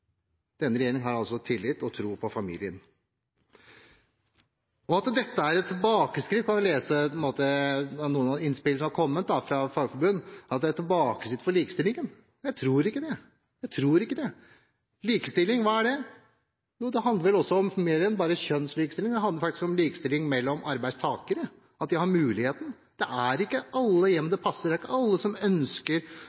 Denne regjeringen har altså tillit til og tro på familien. Ifølge noen innspill som er kommet fra fagforbund, kan vi lese at dette er tilbakeskritt for likestillingen. Jeg tror ikke det, jeg. Jeg tror ikke det! Likestilling, hva er det? Det handler vel om mer enn bare kjønnslikestilling. Det handler faktisk også om likestilling mellom arbeidstakere – at de har muligheten. Det er ikke alle hjem